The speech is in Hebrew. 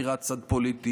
על בחירת צד פוליטי,